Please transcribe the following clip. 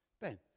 Ben